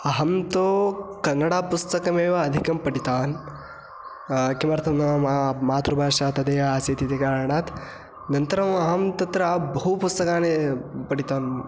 अहं तु कन्नडपुस्तकमेव अधिकं पठितवान् किमर्थं नाम मम मातृभाषा तदेव आसीत् इति कारणात् अनन्तरं अहं तत्र बहु पुस्तकानि पठितवान्